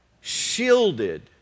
shielded